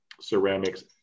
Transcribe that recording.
ceramics